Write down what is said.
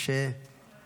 מה